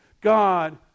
God